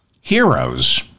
heroes